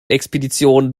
expedition